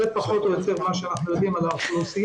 זה פחות או יותר מה שאנחנו יודעים על האוכלוסייה,